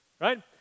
right